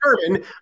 determine